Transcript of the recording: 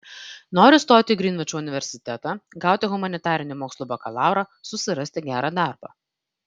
noriu stoti į grinvičo universitetą gauti humanitarinių mokslų bakalaurą susirasti gerą darbą